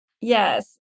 yes